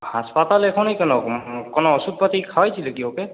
হাসপাতাল এখনই কেন কোনো ওষুধপাতি খাইয়েছিলে কি ওকে